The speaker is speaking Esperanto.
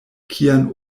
kian